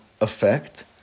effect